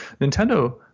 Nintendo